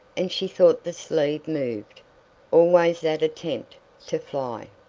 and she thought the sleeve moved always that attempt to fly.